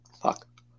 Fuck